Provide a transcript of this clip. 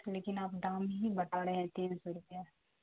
لیکن آپ دام ہی بتا رہے ہیں تین سو روپیہ